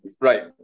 Right